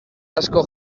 asko